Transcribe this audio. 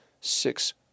six